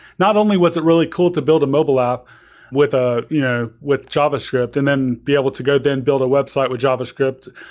not only was it really cool to build a mobile app with ah you know with javascript, and then be able to go then build a website with javascript.